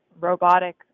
robotic